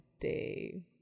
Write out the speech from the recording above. day